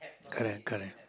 correct correct